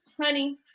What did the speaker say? honey